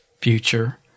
future